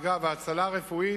אגב, ההצלה הרפואית,